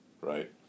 right